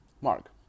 Mark